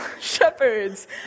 shepherds